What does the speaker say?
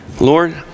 Lord